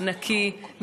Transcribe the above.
נקי,